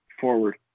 forward